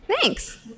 thanks